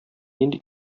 нинди